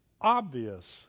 obvious